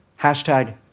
Hashtag